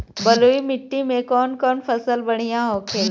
बलुई मिट्टी में कौन कौन फसल बढ़ियां होखेला?